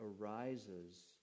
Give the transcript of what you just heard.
arises